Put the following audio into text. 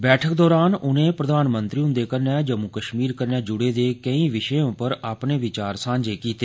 बैठक दौरान उनें प्रधानमंत्री हुंदे कन्नै जम्मू कश्मीर कन्नै जुड़े दे केई सारे विषयें पर अपने विचार सांझे कीते